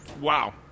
Wow